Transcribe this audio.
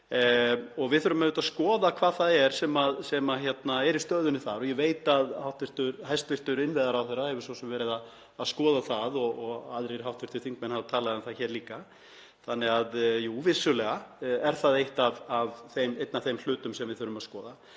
og við þurfum auðvitað að skoða hvað er í stöðunni þar. Ég veit að hæstv. innviðaráðherra hefur verið að skoða það og aðrir hv. þingmenn hafa talað um það hér líka. Þannig að jú, vissulega er það einn af þeim hlutum sem við þurfum að skoða.